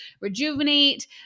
rejuvenate